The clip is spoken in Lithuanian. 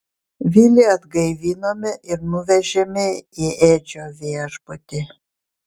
vilį atgaivinome ir nuvežėme į edžio viešbutį